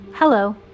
Hello